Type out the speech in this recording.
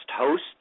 host